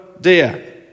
dear